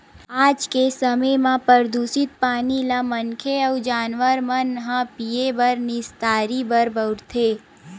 आज के समे म परदूसित पानी ल मनखे अउ जानवर मन ह पीए बर, निस्तारी बर बउरथे